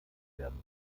werden